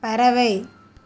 பறவை